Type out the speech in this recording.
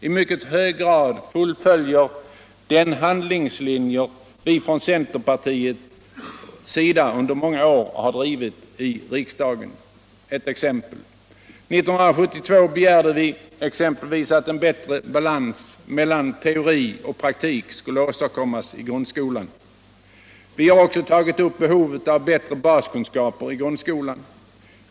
I mycket hög grad fullföljer den handlineslinjer som vi från cemerpartiets sida under många år har drivit i riksdagen. 1972 begärde vi t.ex. alt en bättre balans mellan teori och praktik skulle ästadkommas i grundskolan. Vi har också tagit upp behovet av bittre baskunskaper i grundskolan.